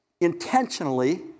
intentionally